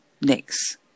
next